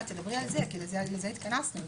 תדברי על זה, כי לזה התכנסנו.